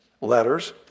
letters